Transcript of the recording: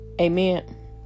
Amen